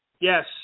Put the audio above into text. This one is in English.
Yes